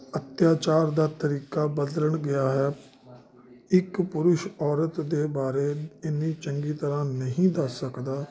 ਅੱਤਿਆਚਾਰ ਦਾ ਤਰੀਕਾ ਬਦਲ ਗਿਆ ਹੈ ਇੱਕ ਪੁਰਸ਼ ਔਰਤ ਦੇ ਬਾਰੇ ਇੰਨੀ ਚੰਗੀ ਤਰ੍ਹਾਂ ਨਹੀਂ ਦੱਸ ਸਕਦਾ